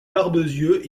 barbezieux